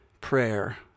prayer